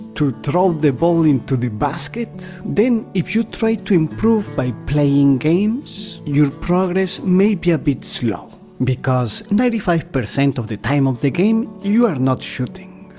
to throw the ball into the basket, then, if you try to improve by playing games, your progress may be a bit slow because ninety five percent the time of the game you are not shooting,